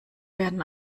werden